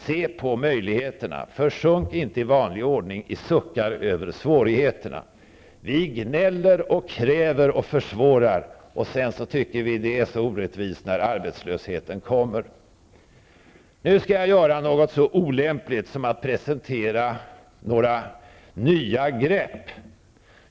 Se på möjligheterna! Försjunk inte i vanlig ordning i suckar över svårigheterna! Vi gnäller, kräver och försvårar och sedan, när arbetslösheten kommer, tycker vi att det är så orättvist. Nu skall jag göra något så olämpligt som att presentera några nya grepp.